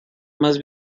más